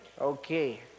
Okay